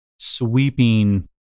Sweeping